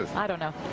ah i don't know.